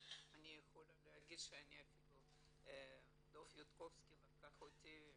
אני יכולה להגיד שאפילו דב יודקובסקי לקח אותי,